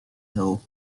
hill